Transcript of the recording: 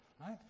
right